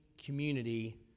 community